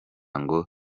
ngo